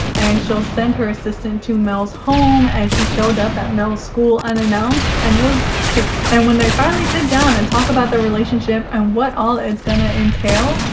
and she'll send her assistant to mel's home, and she showed up at mel's school unannounced, and it was creepy. and when they finally sit down and talk about their relationship and what all its gonna entail,